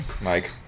Mike